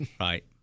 Right